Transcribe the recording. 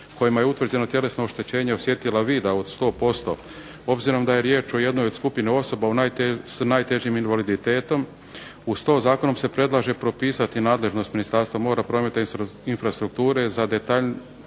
kojima je utvrđena tjelesno oštećenje osjetila vida od 100%. Obzirom da je riječ o jednoj o skupini osoba s najtežim invaliditetom. Uz to zakonom se predlaže propisati nadležnost ministarstva mora, prometa i infrastrukture za detaljnije